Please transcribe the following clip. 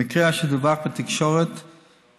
המקרה אשר דווח בתקשורת ייבדק,